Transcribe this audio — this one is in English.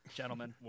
gentlemen